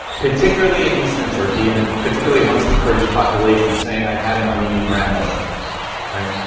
particularly in eastern turkey and ah particularly amongst the kurdish population saying, i've had an armenian grandmother, all right,